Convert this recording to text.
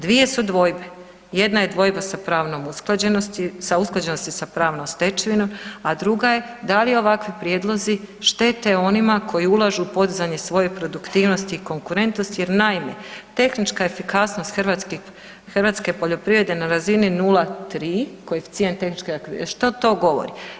Dvije su dvojbe, jedna je dvojba sa pravnom usklađenosti, sa usklađenosti s pravnom stečevinom a druga je da li ovakvi prijedlozi štete onima koji ulažu u podizanje svoje produktivnosti i konkurentnosti jer naime, tehnička efikasnost hrvatske poljoprivrede na razini 0,3, koeficijent tehničke ... što to govori?